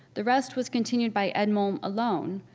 the rest was continued by edmond alone,